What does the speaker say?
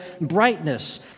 brightness